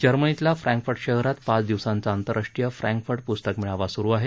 जर्मनीतल्या Frankfurt शहरात पाच दिवसांचा आंतरराष्ट्रीय फ्रँकफर्ट पुस्तक मेळावा सुरु आहे